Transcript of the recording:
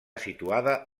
situada